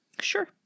Sure